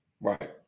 right